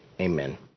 Amen